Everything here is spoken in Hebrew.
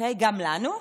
גם לנו,